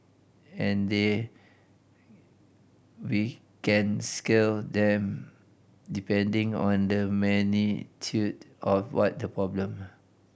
and then we can scale that depending on the magnitude of what the problem